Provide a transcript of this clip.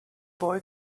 boy